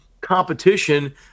competition